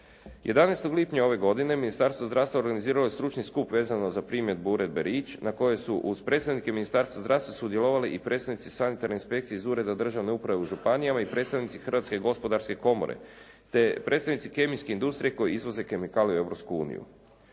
11. lipnja ove godine Ministarstvo zdravstva organiziralo je stručni skup vezano za primjedbu uredbe Rich na kojoj su uz predstavnike Ministarstva zdravstva sudjelovali i predstavnici sanitarne inspekcije iz ureda državne uprave u županijama i predstavnici Hrvatske gospodarske komore te predstavnici kemijske industrije koji izvoze kemikalije u Europsku uniju.